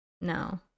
No